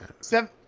seven